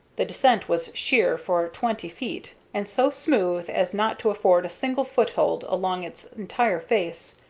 the descent was sheer for twenty feet, and so smooth as not to afford a single foothold along its entire face.